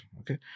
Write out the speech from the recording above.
okay